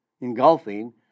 engulfing